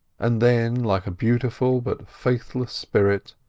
and then, like a beautiful but faithless spirit,